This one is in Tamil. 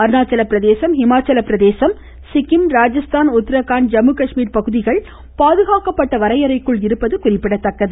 அருணாச்சல பிரதேசம் ஹிமாச்சல பிரதேசம் சிக்கிம் ராஜஸ்தான் உத்தரகாண்ட் ஜம்முகாஷ்மீர் பகுதிகள் பாதுகாக்கப்பட்ட வரையறைக்குள் இருப்பது குறிப்பிடத்தக்கது